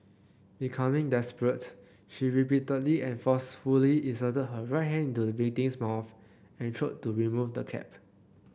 becoming desperate she repeatedly and forcefully inserted her right hand into the victim's mouth and throat to remove the cap